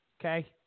Okay